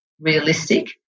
realistic